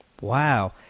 Wow